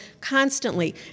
constantly